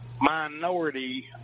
minority